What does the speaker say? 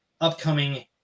upcoming